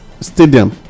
stadium